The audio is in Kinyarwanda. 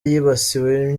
yibasiwe